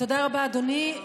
תודה רבה, אדוני.